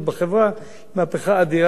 היא מהפכה אדירה בתולדות האנושות,